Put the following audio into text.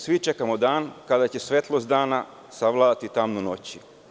Svi čekamo dan, kada će svetlost dana savladati tamu noći.